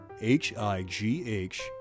H-I-G-H